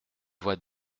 voix